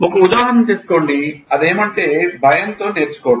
ఒక ఉదాహరణ తీసుకోండి అదేమంటే భయంతో నేర్చుకోవడం